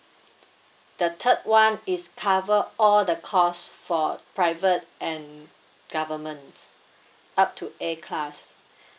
the third one is cover all the costs for private and government up to A class